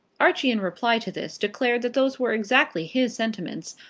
archie in reply to this declared that those were exactly his sentiments,